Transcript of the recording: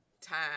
time